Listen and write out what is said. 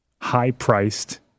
high-priced